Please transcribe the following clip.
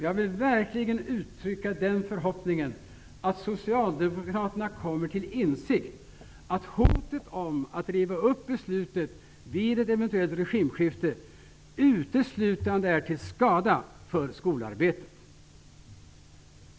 Jag vill verkligen uttrycka den förhoppningen att socialdemokraterna kommer till insikt om att hotet om att riva upp beslutet vid ett eventuellt regimskifte uteslutande är till skada för skolarbetet.